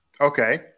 Okay